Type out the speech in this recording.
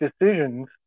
decisions